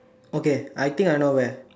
okay I think I know where